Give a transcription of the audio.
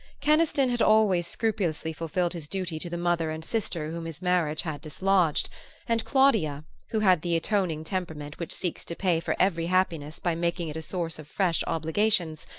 keniston had always scrupulously fulfilled his duty to the mother and sister whom his marriage had dislodged and claudia, who had the atoning temperament which seeks to pay for every happiness by making it a source of fresh obligations,